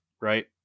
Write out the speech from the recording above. right